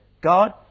God